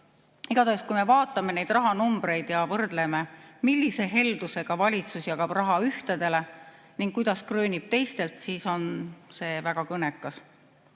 Igatahes, kui vaatame neid rahanumbreid ja võrdleme, millise heldusega valitsus jagab raha ühtedele ning kuidas kröönib teistelt, siis on see väga kõnekas.